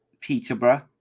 Peterborough